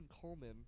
Coleman